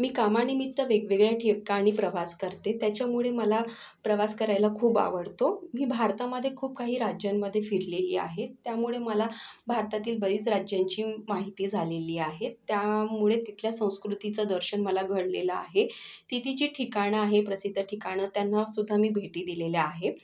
मी कामानिमित्त वेगवेगळ्या ठिकाणी प्रवास करते त्याच्यामुळे मला प्रवास करायला खूप आवडतो मी भारतामध्ये खूप काही राज्यांमध्ये फिरलेली आहे त्यामुळे मला भारतातील बरीच राज्यांची माहिती झालेली आहे त्यामुळे तिथल्या संस्कृतीचं दर्शन मला घडलेलं आहे ती तिची ठिकाणं आहे प्रसिद्ध ठिकाणं त्यांनासुद्धा मी भेटी दिलेल्या आहे